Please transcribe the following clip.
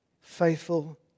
faithful